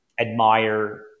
admire